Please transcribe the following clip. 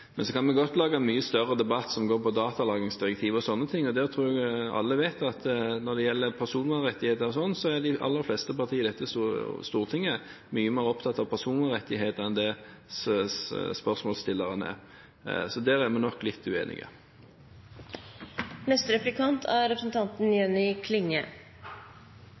kan godt lage en mye større debatt om bl.a. datalagringsdirektivet, men jeg tror at alle vet at når det gjelder personvernrettigheter og lignende, er de aller fleste partier i dette storting mye mer opptatt av det enn spørsmålsstilleren er. Så der er vi nok litt